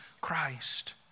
Christ